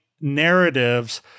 narratives